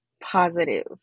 positive